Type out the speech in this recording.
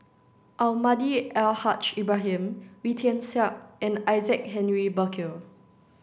Almahdi Al Haj Ibrahim Wee Tian Siak and Isaac Henry Burkill